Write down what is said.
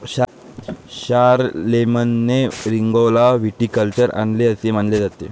शारलेमेनने रिंगौला व्हिटिकल्चर आणले असे मानले जाते